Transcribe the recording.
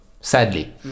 sadly